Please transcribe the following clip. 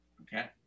Okay